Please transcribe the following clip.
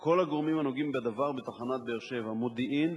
כל הגורמים הנוגעים בדבר בתחנת באר-שבע: מודיעין,